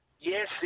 yes